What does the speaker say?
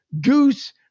Goose